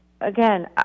again